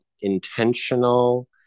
intentional